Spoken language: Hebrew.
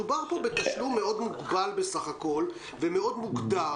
מדובר פה בתשלום מאוד מוגבל בסך הכול ומאוד מוגדר